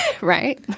Right